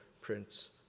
prince